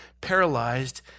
paralyzed